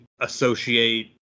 associate